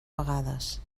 vegades